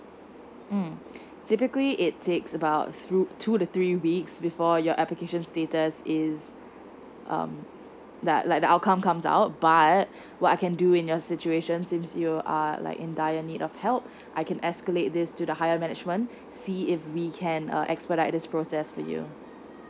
hmm typically it takes about throu~ two to three weeks before your application status is um like like the outcome comes out but what I can do in your situation seems you are like in dire need of help I can escalate this to the higher management see if we can uh expedite this process for you